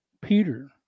Peter